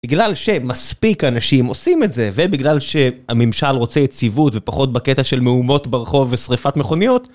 בגלל שמספיק אנשים עושים את זה ובגלל שהממשל רוצה יציבות ופחות בקטע של מהומות ברחוב ושריפת מכוניות.